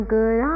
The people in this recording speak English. good